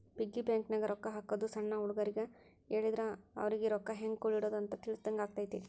piggy ಬ್ಯಾಂಕನ್ಯಾಗ ರೊಕ್ಕಾ ಹಾಕೋದು ಸಣ್ಣ ಹುಡುಗರಿಗ್ ಹೇಳಿದ್ರ ಅವರಿಗಿ ರೊಕ್ಕಾ ಹೆಂಗ ಕೂಡಿಡೋದ್ ಅಂತ ತಿಳಿಸಿದಂಗ ಆಗತೈತಿ